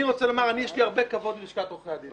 אני רוצה לומר: יש לי הרבה כבוד ללשכת עורכי הדין.